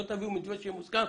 לא תביאו מתווה שיהיה מוסכם,